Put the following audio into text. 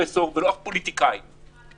פרופסור או פוליטיקאי כלשהו לא יספרו לי סיפורים,